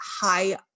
high